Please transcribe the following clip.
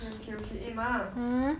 okay okay eh ma